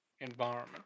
environment